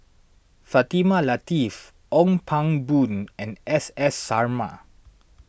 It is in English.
Fatimah Lateef Ong Pang Boon and S S Sarma